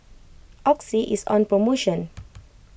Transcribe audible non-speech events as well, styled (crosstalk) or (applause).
oxy is on promotion (noise)